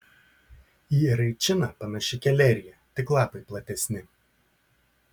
į eraičiną panaši kelerija tik lapai platesni